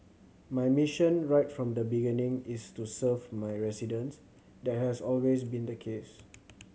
my mission right from the beginning is to serve my residents that has always been the case